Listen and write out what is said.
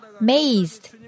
amazed